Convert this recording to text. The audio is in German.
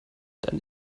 dann